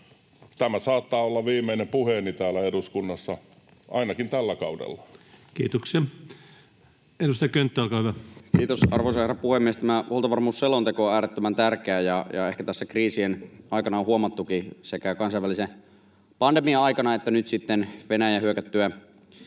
Tämä saattaa olla viimeinen puheeni täällä eduskunnassa, ainakin tällä kaudella. Kiitoksia. — Edustaja Könttä, olkaa hyvä. Kiitos, arvoisa herra puhemies! Tämä huoltovarmuusselonteko on äärettömän tärkeä, ja ehkä tässä kriisien aikana on huomattukin, sekä kansainvälisen pandemian aikana että nyt sitten Venäjän hyökättyä